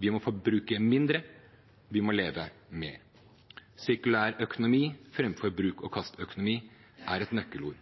Vi må forbruke mindre, vi må leve mer. Sirkulærøkonomi framfor bruk og kast-økonomi er et nøkkelord.